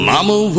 Mama